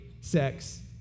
sex